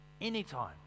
Anytime